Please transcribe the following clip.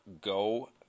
go